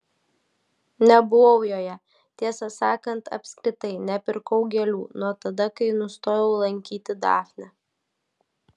nebuvau joje tiesą sakant apskritai nepirkau gėlių nuo tada kai nustojau lankyti dafnę